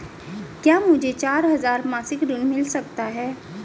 क्या मुझे चार हजार मासिक ऋण मिल सकता है?